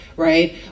Right